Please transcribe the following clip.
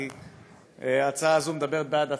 כי ההצעה הזאת מדברת בעד עצמה.